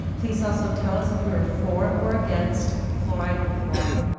please also tell us if you were for or against fluoride in the water.